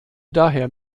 daher